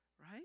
right